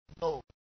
No